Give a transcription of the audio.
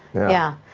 yeah,